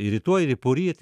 ir rytoj ir poryt